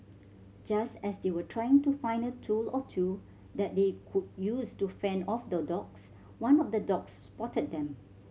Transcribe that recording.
just as they were trying to find a tool or two that they could use to fend off the dogs one of the dogs spotted them